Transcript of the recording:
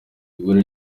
ibura